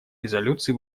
резолюции